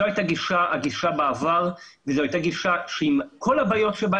זו הייתה הגישה בעבר וזו הייתה הגישה שעם כל הבעיות שבה,